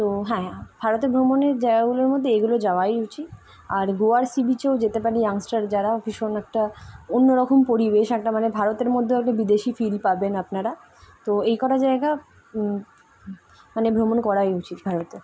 তো হ্যাঁ ভারতের ভ্রমণের জায়গাগুলোর মধ্যে এগুলো যাওয়াই উচিত আর গোয়ার সিবিচেও যেতে পারে ইয়াংস্টার যারা ভীষণ একটা অন্য রকম পরিবেশ একটা মানে ভারতের মধ্যেও একটা বিদেশী ফিরি পাবেন আপনারা তো এই কটা জায়গা মানে ভ্রমণ করাই উচিত ভারতের